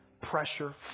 Pressure